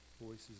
voices